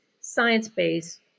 science-based